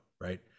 Right